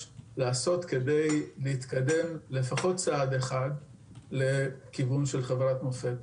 להיעשות כדי להתקדם לפחות צעד אחד לכיוון של חברת מופת.